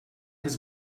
his